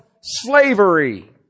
slavery